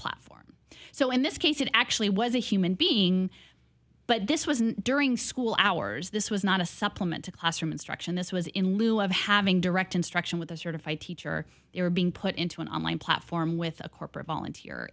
platform so in this case it actually was a human being but this wasn't during school hours this was not a supplement to classroom instruction this was in lieu of having direct instruction with a certified teacher or being put into an online platform with a corporate volunteer